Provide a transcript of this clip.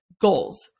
goals